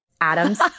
Adams